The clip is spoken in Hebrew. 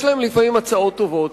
יש להם לפעמים הצעות טובות.